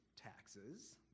taxes